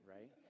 right